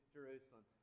Jerusalem